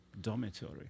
dormitory